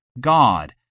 God